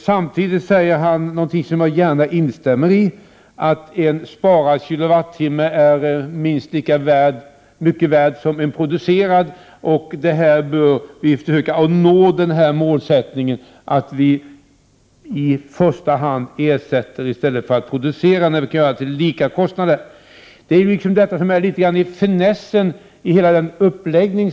Samtidigt säger han något som jag gärna instämmer i, nämligen att en sparad kilowattimme är minst lika mycket värd som en producerad. Och vi bör försöka att nå målet att i första hand ersätta i stället för att producera när detta kan göras till samma kostnad. Detta är ju något av finessen i centerpartiets uppläggning.